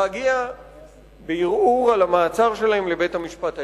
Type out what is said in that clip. להגיע בערעור על המעצר שלהם לבית-המשפט העליון.